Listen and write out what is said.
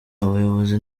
abayobozi